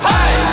Hey